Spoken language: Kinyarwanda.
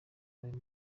ayo